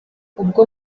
ubwo